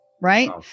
Right